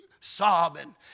sobbing